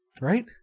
right